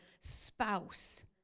spouse